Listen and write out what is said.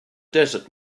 desert